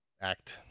act